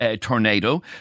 tornado